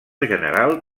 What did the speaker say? general